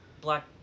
Black